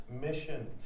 mission